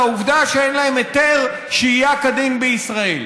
העובדה שאין להם היתר שהייה כדין בישראל.